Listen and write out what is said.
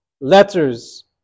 letters